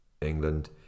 England